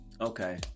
Okay